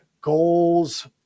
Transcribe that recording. goals